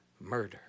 murder